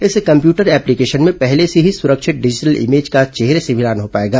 इस computer application में पहले से ही सुरक्षित डिजिटल इमेज का चेहरे से मिलान हो पाएगा